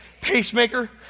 pacemaker